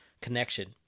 connection